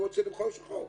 והוא רוצה למכור בשחור,